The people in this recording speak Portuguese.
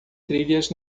trilhas